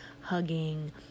Hugging